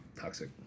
Toxic